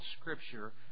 Scripture